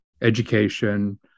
education